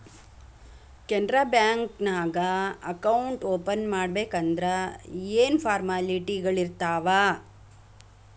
Canara bank ನ್ಯಾಗ account open ಮಾಡ್ಬೇಕಂದರ ಯೇನ್ ಫಾರ್ಮಾಲಿಟಿಗಳಿರ್ತಾವ?